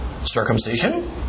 Circumcision